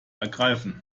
ergreifen